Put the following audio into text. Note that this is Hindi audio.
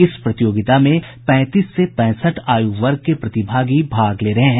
इस प्रतियोगिता में पैंतीस से पैंसठ आयु वर्ग के प्रतिभागी भाग ले रहे हैं